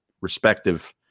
respective